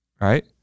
Right